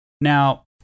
Now